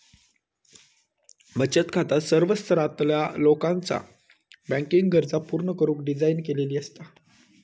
बचत खाता सर्व स्तरातला लोकाचा बँकिंग गरजा पूर्ण करुक डिझाइन केलेली असता